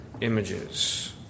images